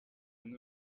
amwe